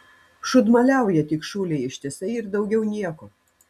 šūdmaliauja tik šūlėj ištisai ir daugiau nieko